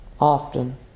often